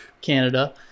Canada